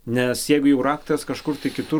nes jeigu jau raktas kažkur kitur